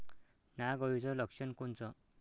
नाग अळीचं लक्षण कोनचं?